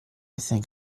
think